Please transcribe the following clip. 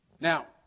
Now